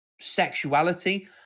sexuality